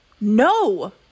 No